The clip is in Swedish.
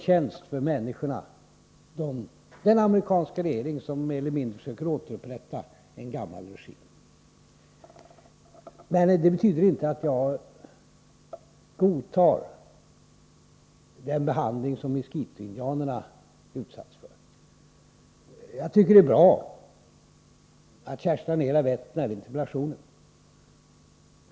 Jag tror att den amerikanska regeringen, som nu försöker mer eller mindre återupprätta en gammal regim, gör människorna en björntjänst. Detta betyder inte att jag godtar den behandling som miskitoindianerna utsatts för. Jag tycker det är bra att Kerstin Anér har framställt interpellationen.